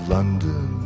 London